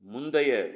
முந்தைய